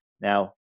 Now